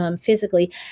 physically